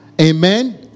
Amen